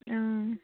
অঁ